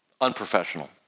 Unprofessional